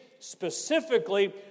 specifically